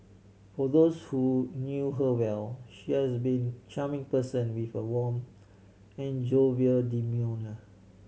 for those who knew her well she has been charming person with a warm and jovial demeanour